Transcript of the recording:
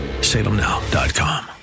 salemnow.com